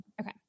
Okay